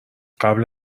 قبل